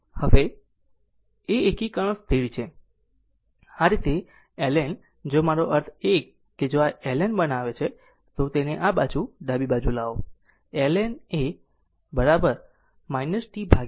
હવે એ એકીકરણ સ્થિર છે આ રીતે ln જો મારો અર્થ થાય છે કે જો આ એક ln બનાવે છે તો આ તેને આ બાજુ ડાબી બાજુ લાવો ln A right t RC